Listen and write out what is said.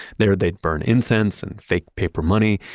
there, they'd burn incense and fake paper money,